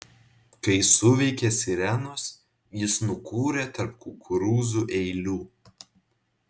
kai suveikė sirenos jis nukūrė tarp kukurūzų eilių